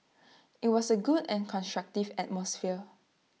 IT was A good and constructive atmosphere